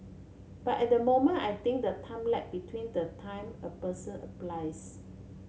but at the moment I think the time lag between the time a person applies